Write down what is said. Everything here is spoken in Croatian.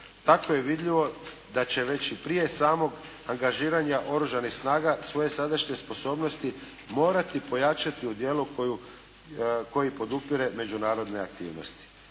Dakle, vidljivo je da će već i prije samog angažiranja Oružanih snaga svoje sadašnje sposobnosti morati pojačati u dijelu koji podupire međunarodne aktivnosti.